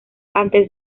antes